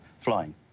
flying